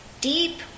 deep